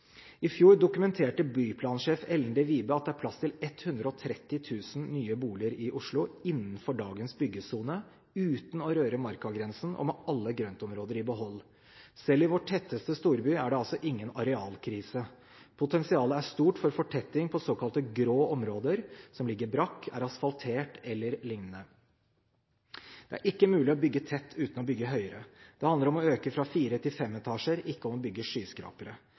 I fjor dokumenterte byplansjef Ellen de Vibe at det er plass til 130 000 nye boliger i Oslo innenfor dagens byggesone, uten å røre markagrensen og med alle grøntområder i behold. Selv i vår tetteste storby er det altså ingen arealkrise. Potensialet er stort for fortetting i såkalte grå områder, som ligger brakk, som er asfaltert, e.l. Det er ikke mulig å bygge tett uten å bygge høyere. Det handler om å øke fra fire til fem etasjer, ikke om å bygge skyskrapere.